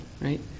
right